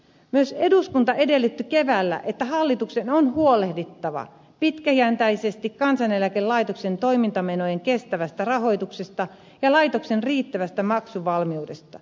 myös eduskunta edellytti keväällä että hallituksen on huolehdittava pitkäjänteisesti kansaneläkelaitoksen toimintamenojen kestävästä rahoituksesta ja laitoksen riittävästä maksuvalmiudesta